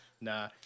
nah